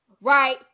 right